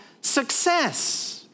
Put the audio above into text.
success